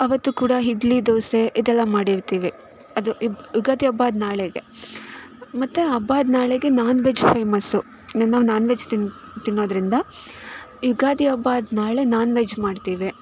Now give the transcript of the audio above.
ಅವತ್ತು ಕೂಡ ಇಡ್ಲಿ ದೋಸೆ ಇದೆಲ್ಲ ಮಾಡಿರ್ತೀವಿ ಅದು ಇಬ್ ಯುಗಾದಿ ಹಬ್ಬ ಆದ ನಾಳೆಗೆ ಮತ್ತು ಹಬ್ಬ ಆದ ನಾಳೆಗೆ ನಾನ್ ವೆಜ್ ಫೇಮಸ್ಸು ನನ್ನ ನಾನ್ ವೆಜ್ ತಿನ್ನು ತಿನ್ನೋದರಿಂದ ಯುಗಾದಿ ಹಬ್ಬ ಆದ ನಾಳೆ ನಾನ್ ವೆಜ್ ಮಾಡ್ತೀವಿ